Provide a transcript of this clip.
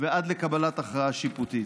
ועד לקבלת הכרעה שיפוטית.